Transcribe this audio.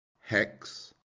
hex